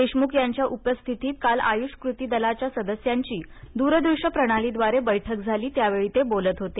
देशमुख यांच्या उपस्थितीत काल आयुष कृतीदलाच्या सदस्यांची दूरदृश्य प्रणालीद्वारे बैठक झाली त्यावेळी ते बोलत होते